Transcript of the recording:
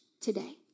today